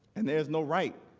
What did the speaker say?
and there is no right